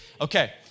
Okay